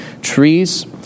trees